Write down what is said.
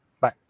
Bye